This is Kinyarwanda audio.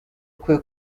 kwe